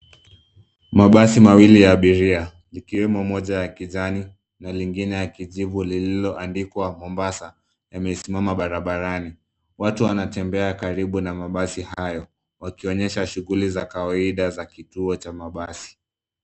Mabasi mawili ya abiria ikiwemo moja ya kijani na lingine ya kijivu lililoandikwa Mombasa, yamesimama barabarani. Watu wanatembea karibu na mabasi hayo wakionyesha shughuli za kawaida za kituo cha mabasi.